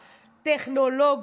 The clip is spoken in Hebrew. טכנולוגי,